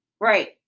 Right